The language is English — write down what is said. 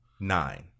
nine